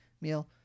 meal